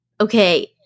okay